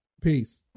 Peace